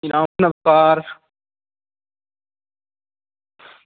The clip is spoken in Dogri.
नमस्कार